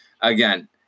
again